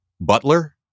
butler